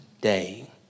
day